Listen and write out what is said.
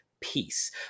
peace